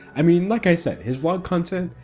i mean, like i said his vlog content,